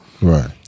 Right